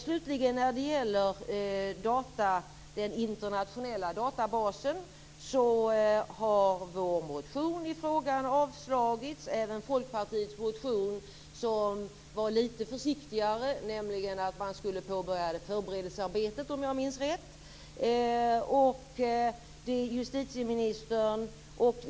Slutligen vill jag när det gäller den internationella databasen säga att vår motion i frågan har avslagits. Detta gäller även Folkpartiets motion, som var litet försiktigare. Den innebar om jag minns rätt förslag om att förberedelsearbetet skulle påbörjas.